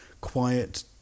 quiet